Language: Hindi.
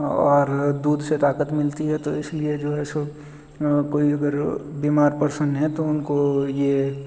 और दूध से ताकत मिलती है तो इसलिए जो है सो कोई अगर बीमार पेर्सन है तो उनको ये